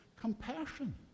compassion